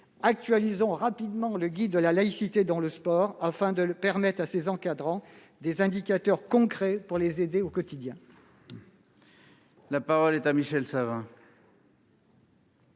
actualisons rapidement le guide de la laïcité dans le sport, afin de leur fournir des indicateurs concrets pour les aider au quotidien. La parole est à M. Michel Savin,